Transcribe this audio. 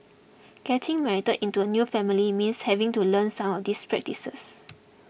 getting married into a new family means having to learn some of these practices